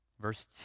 verse